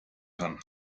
kann